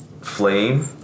flame